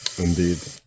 Indeed